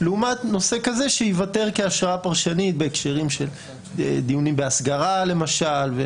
לעומת נושא כזה שייוותר כהשראה פרשנית בהקשרים של דיונים בהסגרה למשל.